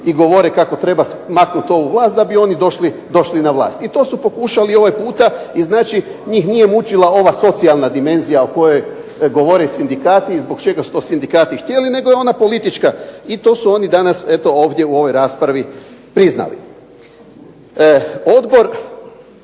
i govore kako treba maknut ovu vlast da bi oni došli na vlast. I to su pokušali i ovaj puta i znači njih nije mučila ova socijalna dimenzija o kojoj govore sindikati i zbog čega su to sindikati htjeli nego je ona politička i to su oni danas eto ovdje u ovoj raspravi priznali. Odbor